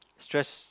stress